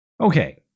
okay